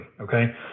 okay